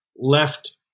left